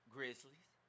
Grizzlies